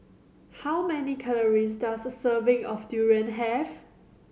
how many calories does a serving of durian have